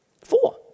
Four